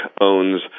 owns